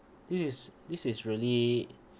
this is this is really